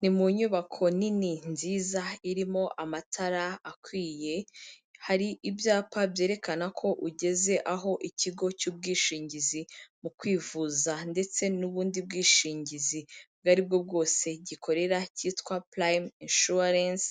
Ni mu nyubako nini nziza irimo amatara akwiye, hari ibyapa byerekana ko ugeze aho ikigo cy'ubwishingizi mu kwivuza ndetse n'ubundi bwishingizi ubwo ari bwo bwose gikorera cyitwa prime insurance,